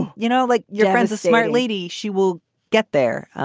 you know, like your friend's a smart lady. she will get there.